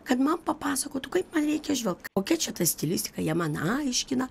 kad man papasakotų kaip man reikia žvelgt okia čia ta stilistika jie man aiškina